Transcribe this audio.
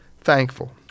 thankful